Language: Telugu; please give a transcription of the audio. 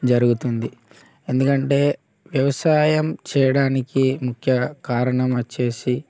జరుగుతుంది ఎందుకంటే వ్యవసాయం చేయడానికి ముఖ్య కారణం వచ్చేసి